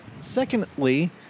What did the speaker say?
secondly